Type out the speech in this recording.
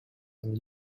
and